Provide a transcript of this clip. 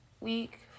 week